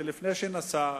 לפני שנסע,